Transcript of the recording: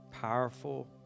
powerful